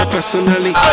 Personally